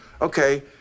Okay